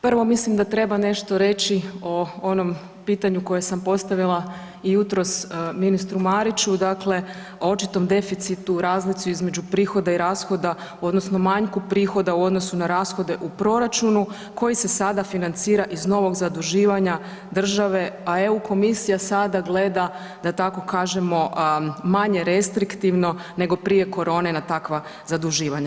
Prvo mislim da treba nešto reći o onom pitanju koje sam postavila jutros ministru Mariću, dakle, o očitom deficitu u razlici između prihoda i rashoda odnosno manjku prihoda u odnosu na rashode u proračunu koji se sada financira iz novog zaduživanja države, a EU komisija sada gleda da tako kažemo manje restriktivno nego prije korone na takva zaduživanja.